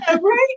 Right